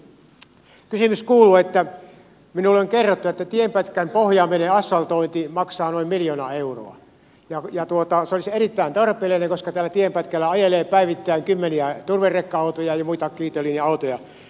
minulle on kerrottu että tienpätkän pohjaaminen ja asfaltointi maksaa noin miljoona euroa mutta se olisi erittäin tarpeellista koska tällä tienpätkällä ajelee päivittäin kymmeniä turverekka autoja ja kiitolinjan autoja